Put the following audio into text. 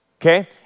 Okay